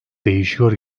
değişiyor